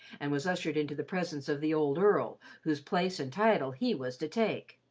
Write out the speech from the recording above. and was ushered into the presence of the old earl, whose place and title he was to take.